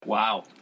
Wow